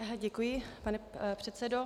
Děkuji, pane předsedo.